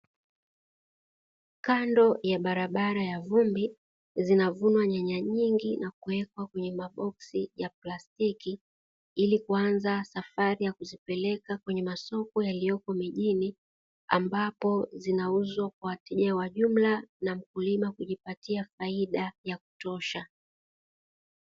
Kando ya barabara ya vumbi, zinavunwa nyanya nyingi na kuwekwa kwenye maboksi ya plastiki ili kuanza safari ya kuzipeleka kwenye masoko yaliyopo mijini ambapo zinauzwa kwa wateja wa jumla na mkulima kujipatia faida ya kutosha.